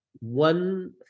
one